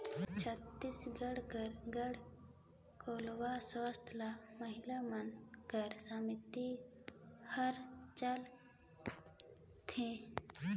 छत्तीसगढ़ कर गढ़कलेवा संस्था ल महिला मन कर समिति हर चलाथे